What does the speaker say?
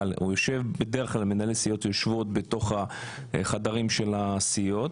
בדרך כלל מנהלי סיעות יושבים בתוך החדרים של הסיעות